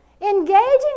engaging